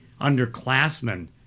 underclassmen